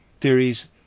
theories